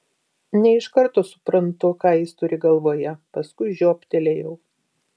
ne iš karto suprantu ką jis turi galvoje paskui žioptelėjau